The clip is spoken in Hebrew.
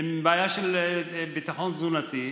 עם בעיה של ביטחון תזונתי,